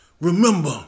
remember